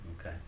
Okay